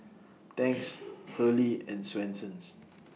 Tangs Hurley and Swensens